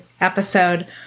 episode